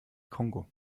kongo